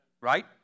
Right